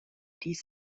dies